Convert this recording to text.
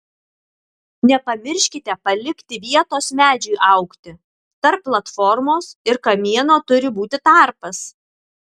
nepamirškite palikti vietos medžiui augti tarp platformos ir kamieno turi būti tarpas